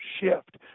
shift